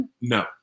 No